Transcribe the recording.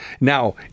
now